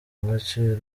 agaciro